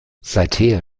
seither